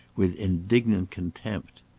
with indignant contempt.